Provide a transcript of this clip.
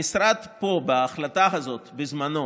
המשרד פה, בהחלטה הזאת, בזמנו,